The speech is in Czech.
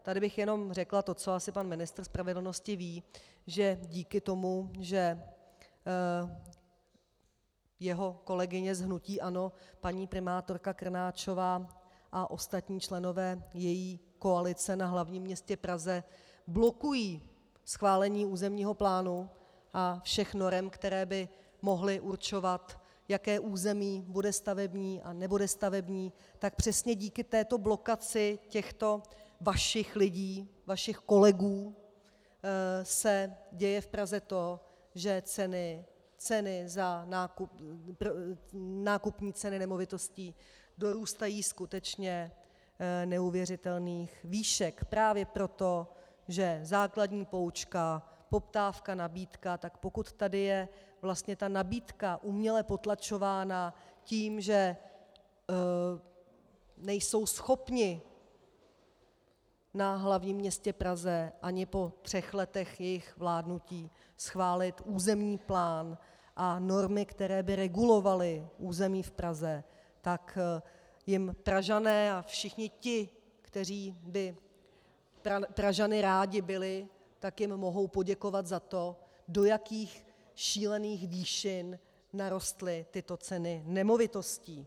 Tady bych jenom řekla to, co asi pan ministr spravedlnosti ví, že díky tomu, že jeho kolegyně z hnutí ANO paní primátorka Krnáčová a ostatní členové její koalice na hlavním městě Praze blokují schválení územního plánu a všech norem, které by mohly určovat, jaké území bude stavební a nebude stavební, tak přesně díky této blokaci těchto vašich lidí, vašich kolegů, se děje v Praze to, že ceny, nákupní ceny nemovitostí dorůstají skutečně neuvěřitelných výšek právě proto, že základní poučka poptávkanabídka, tak pokud tady je vlastně ta nabídka uměle potlačována tím, že nejsou schopni na hlavním městě Praze ani po třech letech svého vládnutí schválit územní plán a normy, které by regulovaly území v Praze, tak jim Pražané a všichni ti, kteří by Pražany rádi byli, tak jim mohou poděkovat za to, do jakých šílených výšin narostly tyto ceny nemovitostí.